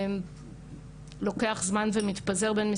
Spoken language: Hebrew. אבל בוודאי כשיש עבירה על החוק התוכן יוסר,